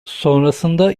sonrasında